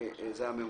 זה הממוחשב.